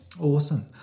Awesome